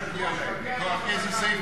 היושב-ראש,